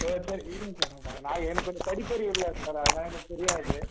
சரி சரி விடுங்கள் சார் எனக்கு கொஞ்சம் படிப்பு அறிவு இல்லை சார் அதனால என்னக்கு கொஞ்சம் தெரியாது